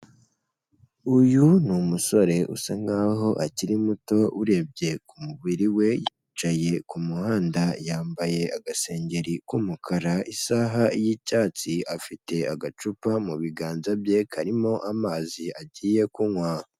Uyu ni umusore usa nk'aho akiri muto urebye ku mubiri we yicaye ku kumuhanda yambaye agasengeri k'umukara, isaha y'icyatsi afite agacupa mu biganza bye karimo amazi agiye kunywa.